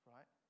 Right